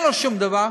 אין לו שום דבר.